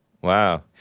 Wow